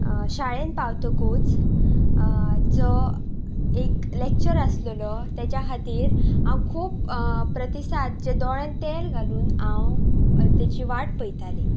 शाळेंत पावतकूच जो एक लॅक्चर आसलेलो तेच्या खातीर हांव खूब प्रतिसाद जे दोळ्यान तेल घालून हांव ताची वाट पळयतालें